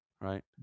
Right